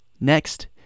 Next